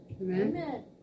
Amen